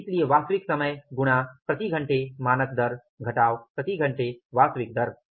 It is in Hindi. इसलिए वास्तविक समय गुणा प्रति घंटे मानक दर घटाव प्रति घंटे वास्तविक दर में